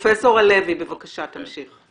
פרופ' הלוי, בבקשה תמשיך.